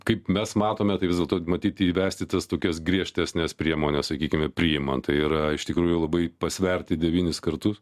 kaip mes matome tai vis dėlto matyt įvesti tas tokias griežtesnes priemones sakykime priimant tai yra iš tikrųjų labai pasverti devynis kartus